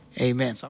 Amen